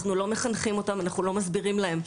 אנחנו לא מחנכים אותם, אנחנו לא מסבירים להם.